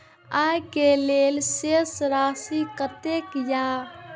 आय के लेल शेष राशि कतेक या?